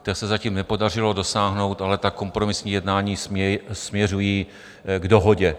Té se zatím nepodařilo dosáhnout, ale kompromisní jednání směřují k dohodě.